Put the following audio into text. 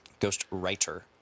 Ghostwriter